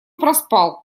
проспал